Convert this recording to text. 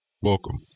Welcome